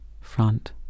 front